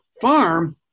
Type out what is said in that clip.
farm